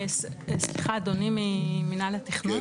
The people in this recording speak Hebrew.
סליחה, אדוני ממינהל התכנון.